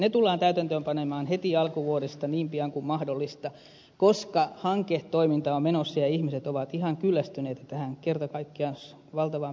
ne tullaan panemaan täytäntöön heti alkuvuodesta niin pian kuin mahdollista koska hanketoiminta on menossa ja ihmiset ovat ihan kyllästyneitä kerta kaikkiaan tähän valtavaan byrokratiaan